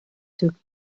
took